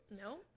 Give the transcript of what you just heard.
No